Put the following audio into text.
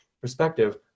perspective